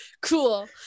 cool